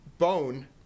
Bone